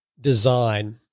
design